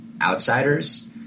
Outsiders